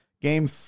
game